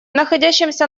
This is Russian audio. находящемся